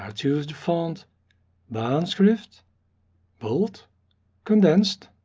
ah choose the font bahnschrift bold condensed,